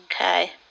Okay